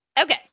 okay